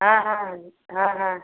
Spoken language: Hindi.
हाँ हाँ हाँ हाँ